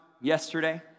yesterday